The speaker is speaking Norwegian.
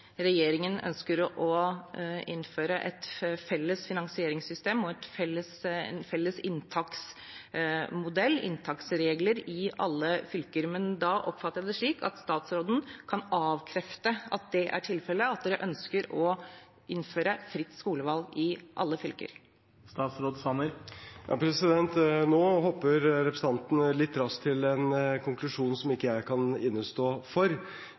regjeringen ønsker å innføre et felles finansieringssystem og felles inntaksmodell/inntaksregler i alle fylker. Men da oppfatter jeg det slik at statsråden kan avkrefte at regjeringen ønsker å innføre fritt skolevalg i alle fylker? Nå hopper representanten litt raskt til en konklusjon som jeg ikke kan innestå for.